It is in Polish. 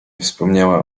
wspominała